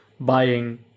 buying